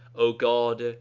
o god,